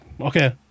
okay